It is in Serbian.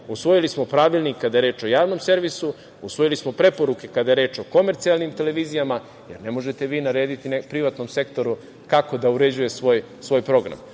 smo pravilnik kada je reč o javnom servisu, usvojili smo preporuke kada je reč o komercijalnim televizijama, jer ne možete vi narediti privatnom sektoru kako da uređuje svoj program.